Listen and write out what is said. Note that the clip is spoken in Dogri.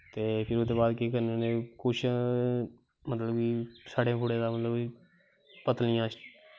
ते फिर ओह्दे बाद केह् करनें होनें कुश मतलव साढ़े मुड़े पत्तलियां